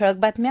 ठळक बातम्या